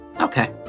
Okay